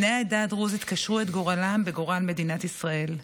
בני העדה הדרוזית קשרו את גורלם בגורל מדינת ישראל.